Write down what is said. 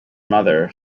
mother